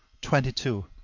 twenty two.